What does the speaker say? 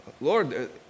Lord